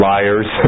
Liars